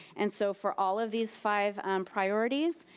and so for all of these five priorities,